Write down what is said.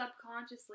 subconsciously